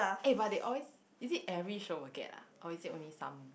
eh but they always is it every show will get ah or is it only some